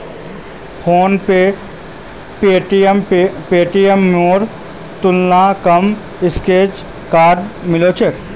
फोनपेत पेटीएमेर तुलनात कम स्क्रैच कार्ड मिल छेक